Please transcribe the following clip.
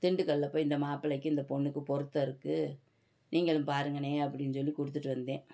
திண்டுக்கல்லில் போய் இந்த மாப்பிளைக்கு இந்த பொண்ணுக்கு பொருத்தம் இருக்குது நீங்களும் பாருங்கண்ணே அப்படின்னு சொல்லிக் கொடுத்துட்டு வந்தேன்